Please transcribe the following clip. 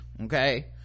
Okay